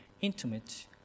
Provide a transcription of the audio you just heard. intimate